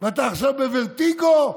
ועכשיו אתה בוורטיגו,